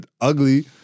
ugly